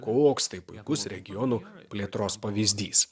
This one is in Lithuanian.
koks tai puikus regionų plėtros pavyzdys